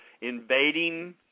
invading